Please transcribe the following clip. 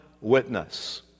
witness